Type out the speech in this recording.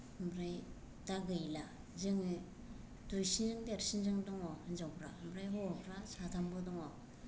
ओमफ्राय दा गैला जोङो दुइसिन देरसिनजों दङ हिनजावफ्रा ओमफ्राय हौवाफ्रा साथामबो दङ